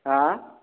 हा